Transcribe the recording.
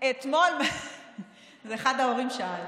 זה אחד ההורים שאל.